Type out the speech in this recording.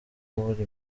kubura